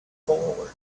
forward